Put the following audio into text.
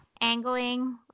angling